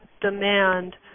demand